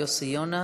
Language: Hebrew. יוסי יונה.